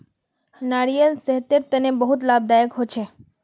नारियाल सेहतेर तने बहुत लाभदायक होछे